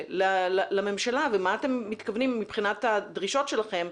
לממשלה ומה אתם מתכוונים מבחינת הדרישות שלכם,